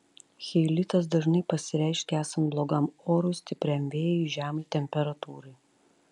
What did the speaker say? cheilitas dažnai pasireiškia esant blogam orui stipriam vėjui žemai temperatūrai